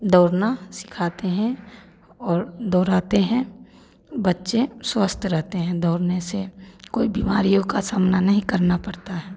दौड़ना सिखाते हैं और दौड़ाते हैं बच्चे स्वस्थ रहते हैं दौड़ने से कोई बीमारियों का सामना नहीं करना पड़ता है